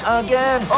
again